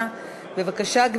חגיגות ליל המימונה וליל ל"ג בעומר),